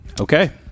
Okay